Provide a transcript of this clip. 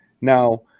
Now